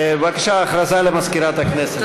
בבקשה, הכרזה למזכירת הכנסת.